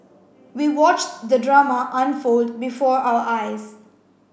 we watched the drama unfold before our eyes